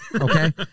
Okay